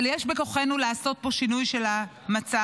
אבל יש בכוחנו לעשות פה שינוי של המצב.